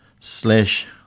slash